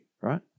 Right